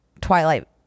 Twilight